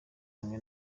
hamwe